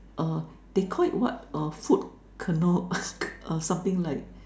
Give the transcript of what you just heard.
err they call it what err food canoe something like